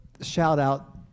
shout-out